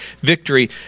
victory